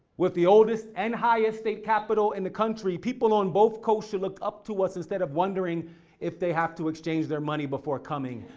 with the oldest and highest state capital in the country, people on both coasts should look up to us instead of wondering if they have to exchange their money before coming.